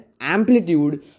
amplitude